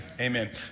Amen